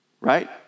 right